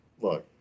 Look